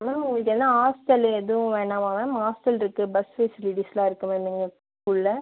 ma'am உங்களுக்கு எதனா hostel எதுவும் வேணாமா மேம் ஹாஸ்டல் இருக்கு பஸ் ஃபெசிலிட்டிஸ்லாம் இருக்கு மேம் எங்கள் ஸ்கூலில்